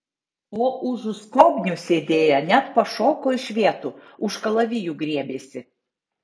o užu skobnių sėdėję net pašoko iš vietų už kalavijų griebėsi